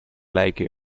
like